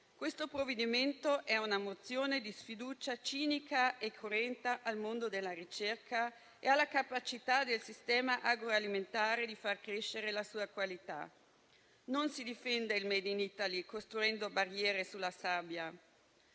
il provvedimento in esame è una mozione di sfiducia cinica e cruenta al mondo della ricerca e alla capacità del sistema agroalimentare di far crescere la sua qualità. Non si difende il *made in Italy* costruendo barriere sulla sabbia.